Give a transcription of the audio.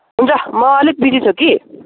हुन्छ म अलिक बिजी छु कि